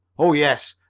oh, yes,